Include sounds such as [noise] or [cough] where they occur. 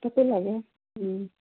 [unintelligible]